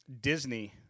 Disney